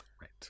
Right